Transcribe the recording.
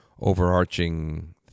overarching